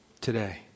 today